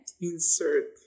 Insert